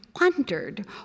wondered